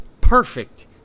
perfect